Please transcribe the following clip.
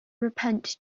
repent